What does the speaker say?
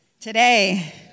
Today